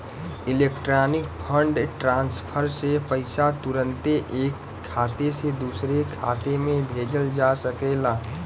electronic fund transfer से पईसा तुरन्ते ऐक खाते से दुसरे खाते में भेजल जा सकेला